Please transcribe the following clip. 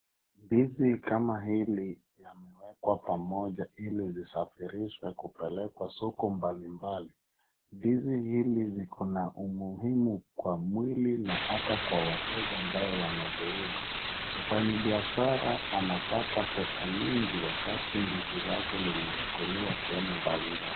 Ndizi kama hizi zimewekwa pamoja ili zisafirishwe kupelekwa soko mbalimbali. Ndizi hizi ziko na umuhimu kwa mwili na hata kwa wateja ambao wanaziuza. Mfanyibiashara anatapa pesa nyingi wakati ndizi lake limechukuliwa sehemu mbalimbali.